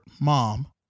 mom